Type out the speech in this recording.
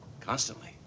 constantly